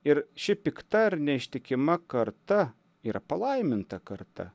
ir ši pikta ar neištikima karta ir palaiminta karta